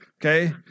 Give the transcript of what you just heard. Okay